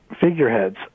figureheads